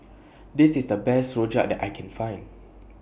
This IS The Best Rojak that I Can Find